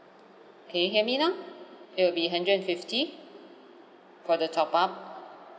can you hear me now it will be hundred and fifty for the top up